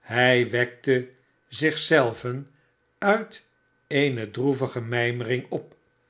hij wekte zich zelven uit eene droevige mijmering op